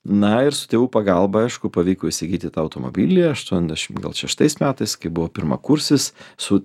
na ir su tėvų pagalba aišku pavyko įsigyti tą automobilį aštuoniasdešimt šeštais metais kai buvau pirmakursis su